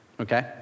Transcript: Okay